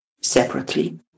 separately